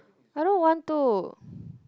I don't want to